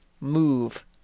move